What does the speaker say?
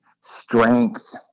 strength